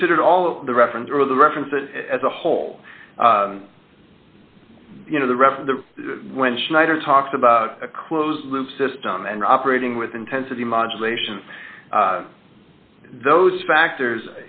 considered all of the reference or the reference that as a whole you know the rest of the when schneider talks about a closed loop system and operating with intensity modulation those factors